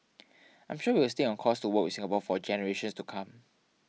I'm sure we will stay on course to work Singapore for generations to come